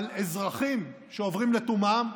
על אזרחים שעוברים לתומם,